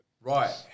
Right